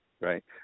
right